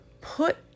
put